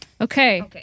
Okay